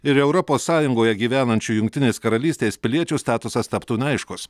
ir europos sąjungoje gyvenančių jungtinės karalystės piliečių statusas taptų neaiškus